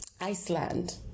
Iceland